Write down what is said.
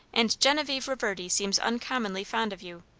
and genevieve reverdy seems uncommonly fond of you.